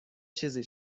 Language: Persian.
چیزی